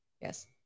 yes